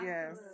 Yes